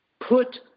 Put